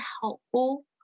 helpful